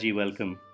welcome